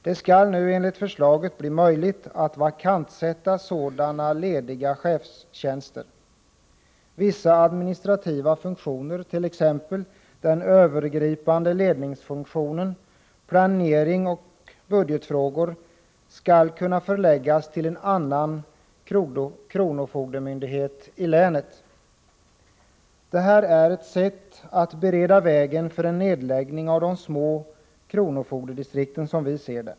Det skall enligt förslaget bli möjligt att vakantsätta sådana lediga chefstjänster. Vissa administrativa funktioner, t.ex. den övergripande ledningsfunktionen, planering och budgetfrågor, skall kunna förläggas till en annan kronofogdemyndighet i länet. Det här är, som vi ser det, ett sätt att bereda vägen för en nedläggning av de små kronofogdedistrikten.